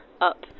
up